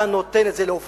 אתה נותן את זה לאופקים,